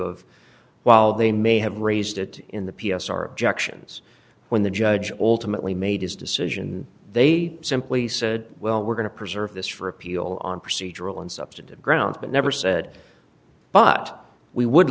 of while they may have raised it in the p s r objections when the judge ultimately made his decision they simply said well we're going to preserve this for appeal on procedural and substantive grounds but never said but we would